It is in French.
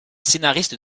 scénariste